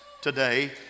today